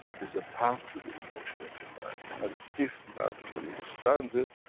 is a path to the emotion of the man, and if man understands it,